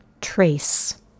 trace